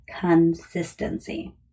consistency